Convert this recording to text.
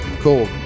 cool